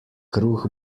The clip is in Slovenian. kruh